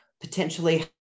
potentially